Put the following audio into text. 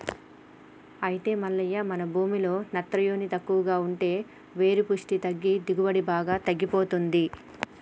అయితే మల్లయ్య మన భూమిలో నత్రవోని తక్కువ ఉంటే వేరు పుష్టి తగ్గి దిగుబడి బాగా తగ్గిపోతుంది